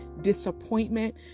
disappointment